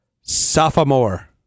Sophomore